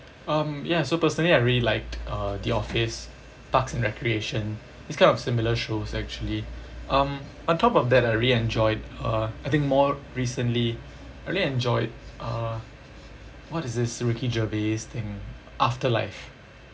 um ya so personally I really liked uh the office parks and recreation this kind of similar shows actually um on top of that I really enjoyed uh I think more recently I really enjoyed uh what is this ricky gervais thing afterlife